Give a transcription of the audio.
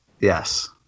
Yes